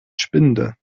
spinde